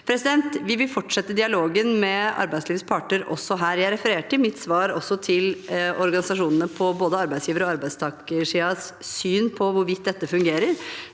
over nyttår. Vi vil fortsette dialogen med arbeidslivets parter også her. Jeg refererte i mitt svar også til organisasjonene på både arbeidsgiver- og arbeidstakersidens